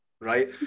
right